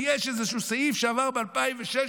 כי יש איזשהו סעיף שעבר ב-2016?